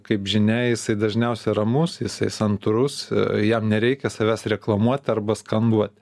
kaip žinia jisai dažniausia ramus jisai santūrus jam nereikia savęs reklamuot arba skanduoti